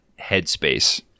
headspace